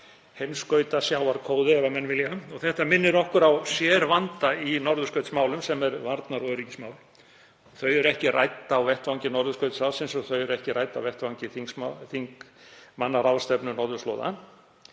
heimskautasjávarkóði. Þetta minnir okkur á sérvanda í norðurskautsmálum sem er varnar- og öryggismál. Þau eru ekki rædd á vettvangi Norðurskautsráðsins og þau eru ekki rædd á vettvangi þingmannaráðstefnu norðurslóða.